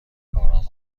کارآمد